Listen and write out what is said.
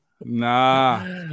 Nah